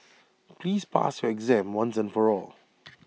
please pass your exam once and for all